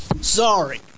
Sorry